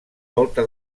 volta